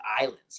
islands